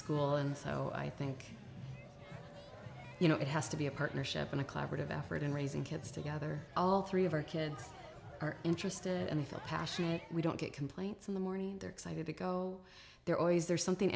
school and so i think you know it has to be a partnership and a collaborative effort in raising kids together all three of our kids are interested and if a passion we don't get complaints in the morning they're excited to go they're always there something